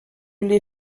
les